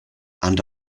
and